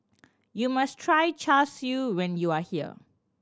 you must try Char Siu when you are here